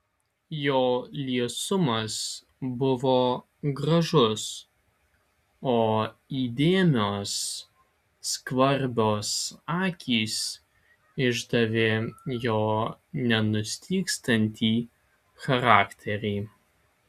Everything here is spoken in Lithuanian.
jo liesumas buvo gražus o įdėmios skvarbios akys išdavė jo nenustygstantį charakterį